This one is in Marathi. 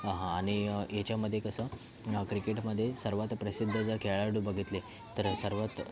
आणि याच्यामध्ये कसं क्रिकेटमध्ये सर्वात प्रसिद्ध जर खेळाडू बघितले तर सर्वात